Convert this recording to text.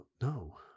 No